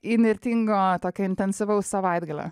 įnirtingo tokio intensyvaus savaitgalio